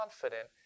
confident